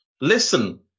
Listen